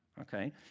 Okay